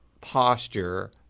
posture